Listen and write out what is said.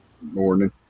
morning